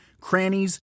crannies